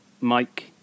Mike